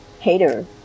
hater